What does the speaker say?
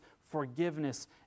forgiveness